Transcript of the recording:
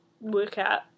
workout